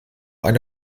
eine